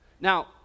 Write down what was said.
Now